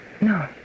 No